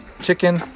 chicken